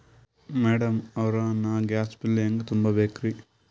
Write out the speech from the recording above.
Madam ಅವ್ರ, ನಾ gas bill ಹೆಂಗ ತುಂಬಾ ಬೇಕ್ರಿ?